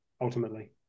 ultimately